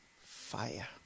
fire